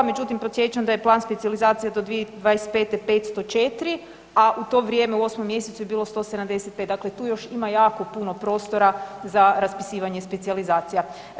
Međutim, podsjećam da je plan specijalizacije do 2025. 504, a u to vrijeme u 8. mjesecu je bilo 175, dakle tu još ima jako puno prostora za raspisivanje specijalizacija.